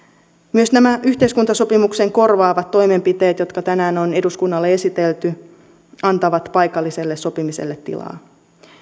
myös nämä yhteiskuntasopimuksen korvaavat toimenpiteet jotka tänään on eduskunnalle esitelty antavat paikalliselle sopimiselle tilaa